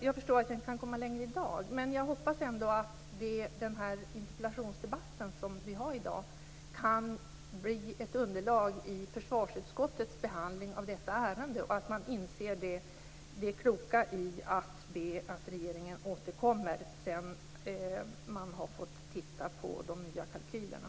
Jag förstår att jag inte kan komma längre i dag, men jag hoppas ändå att den interpellationsdebatt som vi har i dag kan bli ett underlag i försvarsutskottets behandling av detta ärende och att man inser det kloka i att be att regeringen återkommer sedan man har fått titta på de nya kalkylerna.